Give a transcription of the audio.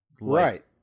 Right